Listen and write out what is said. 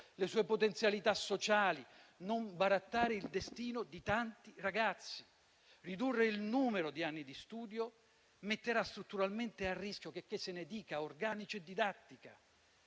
le sue potenzialità sociali e non barattare il destino di tanti ragazzi. Ridurre il numero di anni di studio metterà strutturalmente a rischio - checché se ne dica - organici e didattica.